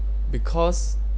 because